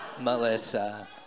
Melissa